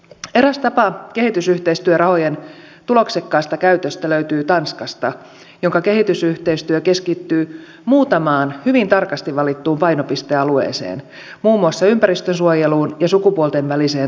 eräs tapa kehitysyhteistyörahojen tuloksekkaasta käytöstä löytyy tanskasta jonka kehitysyhteistyö keskittyy muutamaan hyvin tarkasti valittuun painopistealueeseen muun muassa ympäristönsuojeluun ja sukupuolten väliseen tasa arvoon